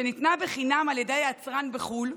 שניתנה בחינם על ידי היצרן בחו"ל,